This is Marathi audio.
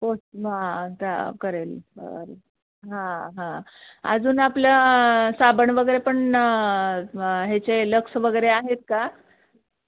कोण मा ता करेल बरं हां हां अजून आपलं साबण वगैरे पण हेचे लक्स वगैरे आहेत का